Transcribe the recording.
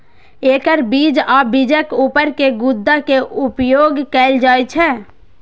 एकर बीज आ बीजक ऊपर के गुद्दा के उपयोग कैल जाइ छै